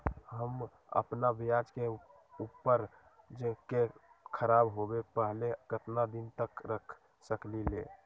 हम अपना प्याज के ऊपज के खराब होबे पहले कितना दिन तक रख सकीं ले?